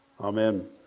Amen